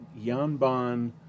Yanban